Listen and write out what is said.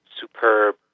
superb